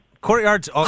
Courtyards